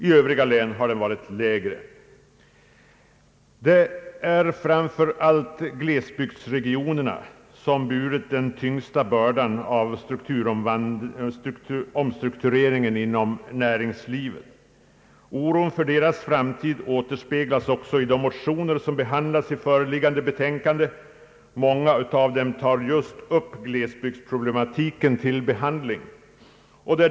I övriga län har den varit lägre. Det är framför allt glesbygdsregionerna som burit den tyngsta bördan av omstruktureringen inom näringslivet. Oron för deras framtid återspeglas också i de motioner som behandlas i föreliggande betänkande. Många av dem tar just upp glesbygdsproblematiken till behandling.